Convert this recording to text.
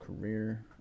career